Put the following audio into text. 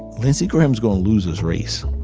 lindsey graham's gonna lose this race.